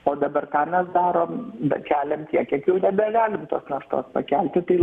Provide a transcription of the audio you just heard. o dabar ką mes darom bet keliam tiek kiek jau nebegalim tos naštos pakelti tai